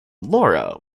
laura